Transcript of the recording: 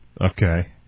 Okay